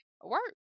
work